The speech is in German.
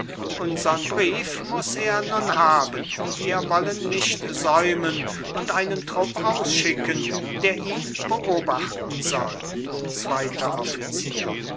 unsern brief muß er nun haben wir wollen nicht säumen und einen trupp ausschicken der ihn beobachten soll zweiter offizier